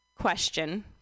question